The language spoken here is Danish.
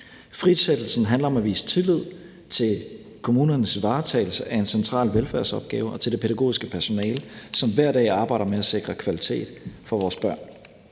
Frisættelsen handler om at vise tillid til kommunernes varetagelse af en central velfærdsopgave og til det pædagogiske personale, som hver dag arbejder med at sikre kvalitet for vores børn.